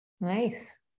Nice